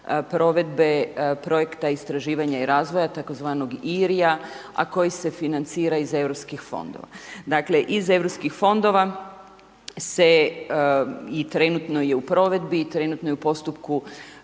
provedbe projekta istraživanja i razvoja tzv. IRI-a, a koji se financira iz europskih fondova. Dakle iz europskih fondova se i trenutno je u provedbi, trenutno je u postupku